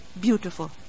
beautiful